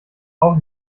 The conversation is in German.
auch